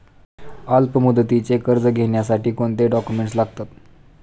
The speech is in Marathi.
अल्पमुदतीचे कर्ज घेण्यासाठी कोणते डॉक्युमेंट्स लागतात?